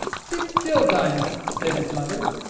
sit still, diamond, said his mother.